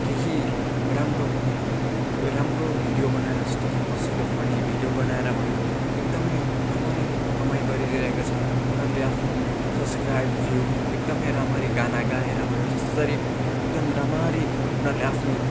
केही राम्रो राम्रो भिडियो बनाएर जस्तो कि हँसिलो फन्नी भिडियो बनाएर भयो एकदमै राम्ररी कमाइ गरिरहेका छन् उनीहरूले आफ्नो सब्सस्क्राइब भ्यू एकदमै राम्ररी गाना गाएर भयो जसरी एकदम राम्ररी उनीहरूले आफ्नो